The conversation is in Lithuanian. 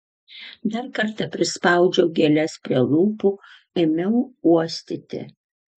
dar kartą prispaudžiau gėles prie lūpų ėmiau uostyti